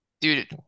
Dude